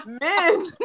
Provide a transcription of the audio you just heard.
men